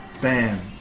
Bam